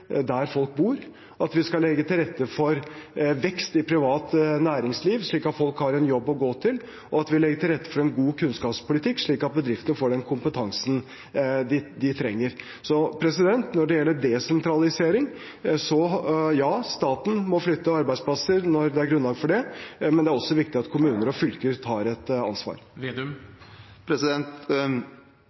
der folk bor, at vi skal legge til rette for vekst i privat næringsliv, slik at folk har en jobb å gå til, og at vi legger til rette for en god kunnskapspolitikk, slik at bedrifter får den kompetansen de trenger. Når det gjelder desentralisering, ja, så må staten flytte arbeidsplasser når det er grunnlag for det, men det er også viktig at kommuner og fylker tar et ansvar.